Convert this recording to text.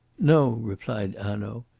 no, replied hanaud.